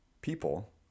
People